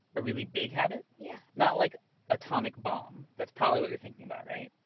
a really big habit? yeah. not like atomic bomb, that's probably what you're thinking about, right?